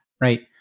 right